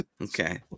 Okay